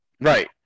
Right